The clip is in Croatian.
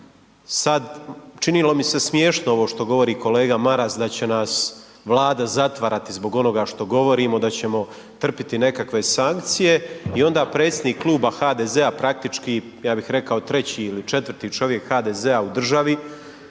sad činilo mi se smješno ovo što govor kolega Maras da će nas Vlada zatvarati zbog onoga što govorimo, da ćemo trpjeti nekakve sankcije i onda predsjednik kluba HDZ-a praktički, ja bih rekao 3. ili 4. čovjek HDZ-a u državi